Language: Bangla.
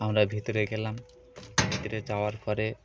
আমরা ভিতরে গেলাম ভিতরে যাওয়ার পরে